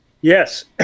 Yes